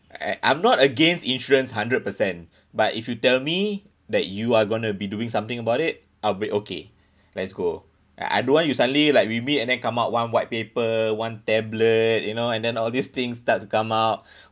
eh I'm not against insurance hundred percent but if you tell me that you are going to be doing something about it I'll be okay let's go I I don't want you suddenly like we meet and then come out one white paper one tablet you know and then all these things starts to come out